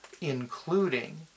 including